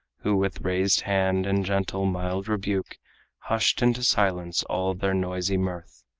who with raised hand and gentle, mild rebuke hushed into silence all their noisy mirth.